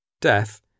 death